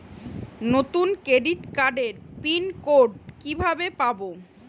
নতুন ক্রেডিট কার্ডের pin code কিভাবে পাব?